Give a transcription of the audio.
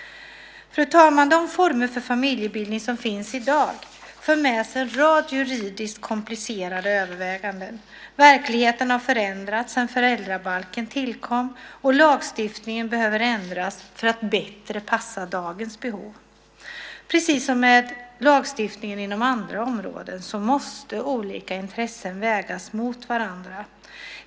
Fru talman! De former för familjebildningar som finns i dag för med sig en rad juridiskt komplicerade överväganden. Verkligheten har förändrats sedan föräldrabalken tillkom, och lagstiftningen behöver ändras för att bättre passa dagens behov. Precis som med lagstiftningen inom andra områden måste olika intressen vägas mot varandra.